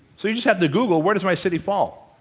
so you just have to google where does my city fall?